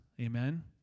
amen